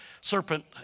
serpent